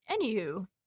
anywho